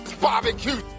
Barbecue